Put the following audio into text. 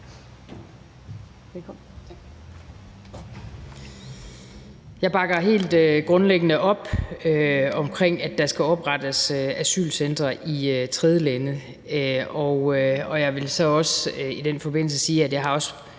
Jeg bakker helt grundlæggende op om, at der skal oprettes asylcentre i tredjelande, og jeg vil i den forbindelse så også